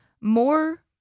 more